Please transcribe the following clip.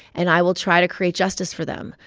and i will try to create justice for them,